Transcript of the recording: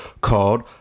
called